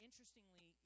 Interestingly